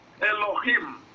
Elohim